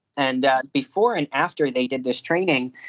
and before and after they did this training,